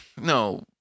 no